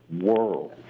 world